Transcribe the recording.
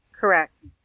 Correct